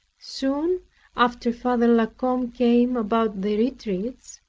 soon after, father la combe came about the retreats.